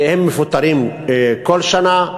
הם מפוטרים כל שנה,